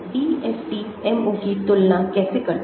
तो DFT MO की तुलना कैसे करते हैं